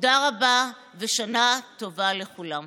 תודה רבה ושנה טובה לכולם.